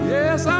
Yes